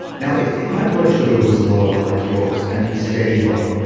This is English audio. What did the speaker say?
now if if my blood sugar was low like yours and it was steady low,